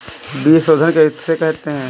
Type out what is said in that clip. बीज शोधन किसे कहते हैं?